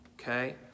okay